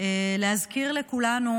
להזכיר לכולנו